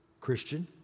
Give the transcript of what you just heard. Christian